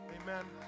Amen